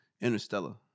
Interstellar